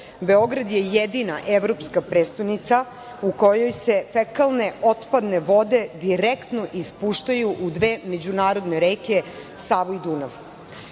Beograd je jedina evropska prestonica u kojoj se fekalne otpadne vode direktno ispuštaju u dve međunarodne reke, Savu i